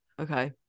Okay